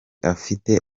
afite